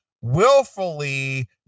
willfully